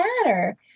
matter